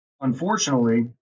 unfortunately